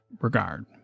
regard